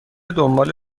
دنبال